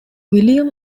william